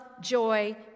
joy